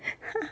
ha